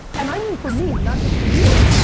and i mean for me not just for you,